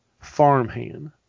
farmhand